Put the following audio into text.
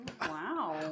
Wow